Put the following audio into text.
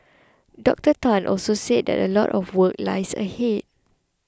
Doctor Tan also said that a lot of work lies ahead